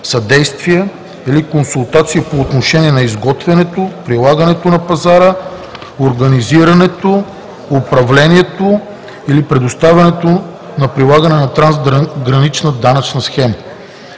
съдействие или консултация по отношение на изготвянето, предлагането на пазара, организирането, управлението или предоставянето за прилагане на трансгранична данъчна схема.